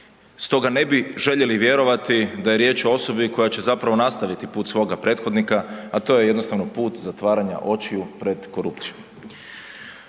Stoga ne bi željeli vjerovati da je riječ o osobi koja će zapravo nastaviti put svoga prethodnika, a to je jednostavno put zatvaranja očiju pred korupcijom.